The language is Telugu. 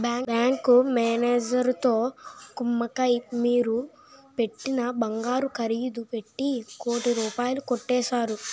బ్యాంకు మేనేజరుతో కుమ్మక్కై మీరు పెట్టిన బంగారం ఖరీదు పెట్టి కోటి రూపాయలు కొట్టేశారు